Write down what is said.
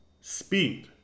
speed